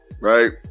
right